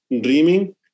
dreaming